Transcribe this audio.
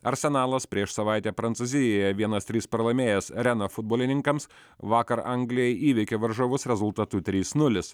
arsenalas prieš savaitę prancūzijoje vienas trys pralaimėjęs rena futbolininkams vakar anglijoje įveikė varžovus rezultatu trys nulis